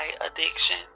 addiction